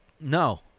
No